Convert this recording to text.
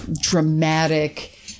dramatic